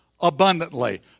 abundantly